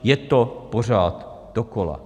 Je to pořád dokola.